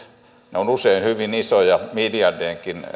ne ovat usein hyvin isoja miljardienkin